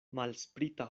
malsprita